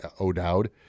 O'Dowd